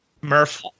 Murph